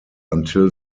until